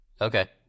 Okay